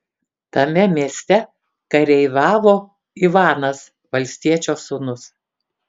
tame mieste kareiviavo ivanas valstiečio sūnus